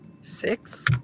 Six